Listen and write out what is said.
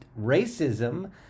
racism